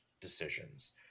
decisions